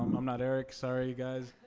i'm not eric. sorry, you guys.